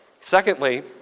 Secondly